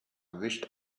wished